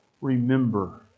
Remember